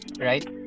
Right